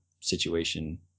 situation